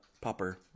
popper